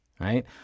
Right